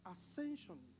Ascension